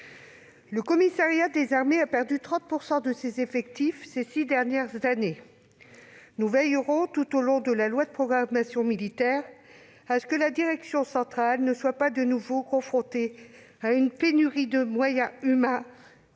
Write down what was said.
du commissariat des armées (SCA) a perdu 30 % de ses effectifs au cours des six dernières années. Nous veillerons tout au long de l'exécution de la LPM à ce que la direction centrale ne soit pas de nouveau confrontée à une pénurie de moyens humains,